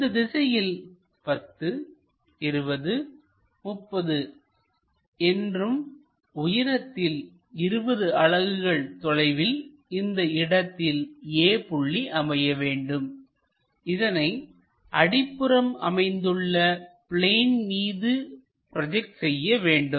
இந்த திசையில் 102030 என்றும் உயரத்தில் 20 அலகுகள் தொலைவில் இந்த இடத்தில் A புள்ளி அமைய வேண்டும் இதனை அடிப்புறம் அமைந்துள்ள பிளேன் மீது ப்ரோஜெக்ட் செய்ய வேண்டும்